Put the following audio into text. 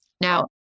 Now